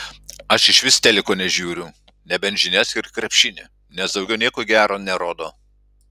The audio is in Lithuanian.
aš išvis teliko nežiūriu nebent žinias ir krepšinį nes daugiau nieko gero nerodo